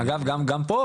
אגב גם פה,